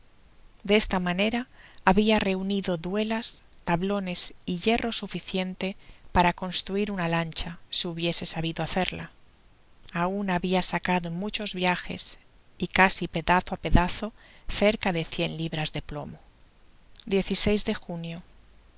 esta manera habia reunido duelas tablones y hierro suficiente para construir una lancha si hubiese sabido hacerla aun habia sacado en muchos viajes y casi pedazo á pedazo cerca de cien libras de plomo de junio